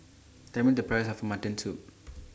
Tell Me The Price of Mutton Soup